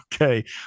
okay